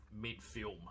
mid-film